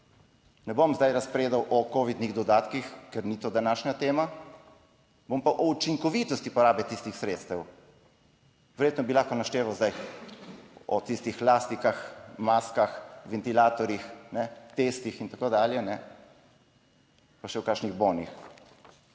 Ne bom zdaj razpredal o covidnih dodatkih, ker ni to današnja tema, bom pa o učinkovitosti porabe tistih sredstev, verjetno bi lahko našteval zdaj o tistih elastikah, maskah, ventilatorjih, testih in tako dalje, pa še o kakšnih bonih,